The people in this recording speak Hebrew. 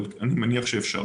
אבל אני מניח שגם זה אפשרי.